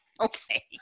Okay